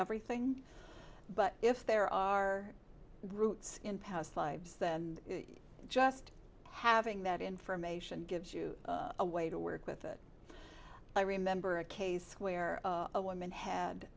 everything but if there are roots in past lives then just having that information gives you a way to work with it i remember a case where a woman had